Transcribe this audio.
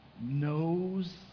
knows